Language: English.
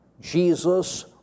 Jesus